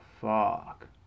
fuck